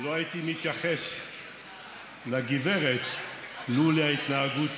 לא הייתי מתייחס לגברת לולא ההתנהגות